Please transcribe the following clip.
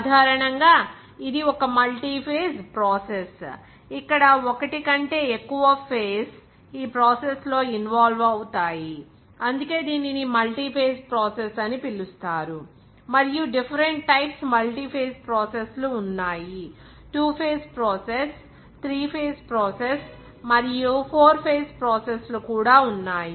సాధారణంగా ఇది ఒక మల్టీ ఫేజ్ ప్రాసెస్ ఇక్కడ ఒకటి కంటే ఎక్కువ ఫేజ్స్ ఈ ప్రాసెస్ లో ఇన్వాల్వ్ అవుతాయి అందుకే దీనిని మల్టీ ఫేజ్ ప్రాసెస్ అని పిలుస్తారు మరియు డిఫరెంట్ టైప్స్ మల్టీ ఫేజ్ ప్రాసెస్లు ఉన్నాయి two phase process three phase ప్రాసెస్మరియు ఫోర్ ఫేజ్ ప్రాసెస్ లు కూడా ఉన్నాయి